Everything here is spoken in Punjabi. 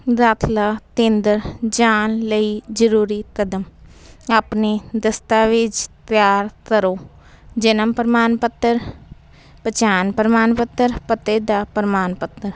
ਦਾਖਲਾ ਕੇਂਦਰ ਜਾਣ ਲਈ ਜ਼ਰੂਰੀ ਕਦਮ ਆਪਣੀ ਦਸਤਾਵੇਜ਼ ਤਿਆਰ ਕਰੋ ਜਨਮ ਪਰਮਾਣ ਪੱਤਰ ਪਛਾਣ ਪ੍ਰਮਾਣ ਪੱਤਰ ਪਤੇ ਦਾ ਪ੍ਰਮਾਣ ਪੱਤਰ